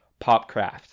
popcraft